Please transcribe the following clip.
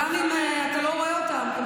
וגם אם אתה לא רואה אותם,